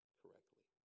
correctly